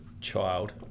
child